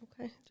Okay